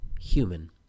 Human